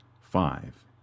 five